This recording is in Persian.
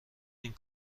این